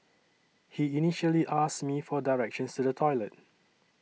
he initially asked me for directions to the toilet